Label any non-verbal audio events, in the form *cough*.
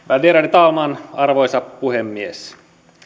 *unintelligible* värderade talman arvoisa puhemies